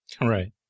Right